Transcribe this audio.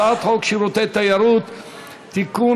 הצעת חוק שירותי תיירות (תיקון,